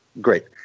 great